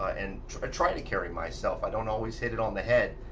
ah and try to carry myself. i don't always hit it on the head.